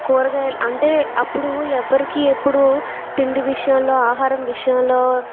కూరగాయలు అంటే అప్పుడు ఎవరికీ ఎప్పుడు తిండి విషయంలో ఆహారం విషయంలో